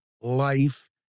life